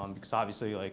um because obviously, like